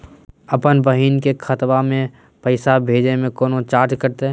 अपन बहिन के खतवा में पैसा भेजे में कौनो चार्जो कटतई?